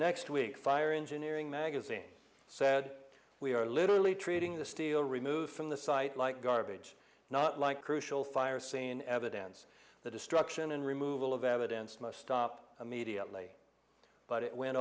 next week fire engineering magazine said we are literally treating the steel removed from the site like garbage not like crucial fire scene evidence the destruction and removal of evidence must stop immediately but it went